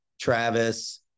Travis